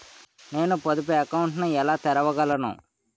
నేను పొదుపు అకౌంట్ను ఎలా తెరవగలను?